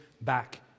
back